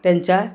त्यांच्या